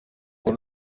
wari